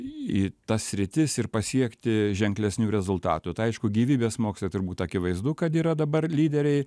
į tas sritis ir pasiekti ženklesnių rezultatų tai aišku gyvybės mokslai turbūt akivaizdu kad yra dabar lyderiai